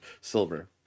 silver